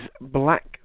Black